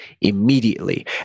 immediately